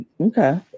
Okay